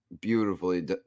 beautifully